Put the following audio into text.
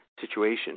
situation